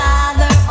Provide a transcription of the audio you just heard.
Father